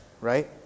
right